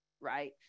right